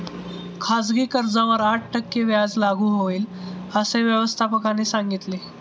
खाजगी कर्जावर आठ टक्के व्याज लागू होईल, असे व्यवस्थापकाने सांगितले